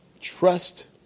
Trust